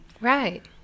Right